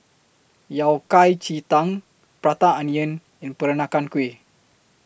Yao Cai Ji Tang Prata Onion and Peranakan Kueh